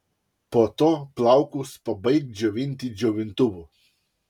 po to plaukus pabaik džiovinti džiovintuvu